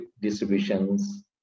distributions